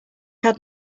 had